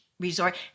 resort